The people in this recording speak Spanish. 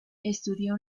estudió